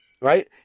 right